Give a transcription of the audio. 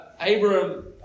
Abraham